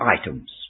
items